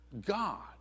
God